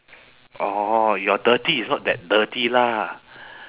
orh your dirty is not that dirty lah